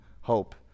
hope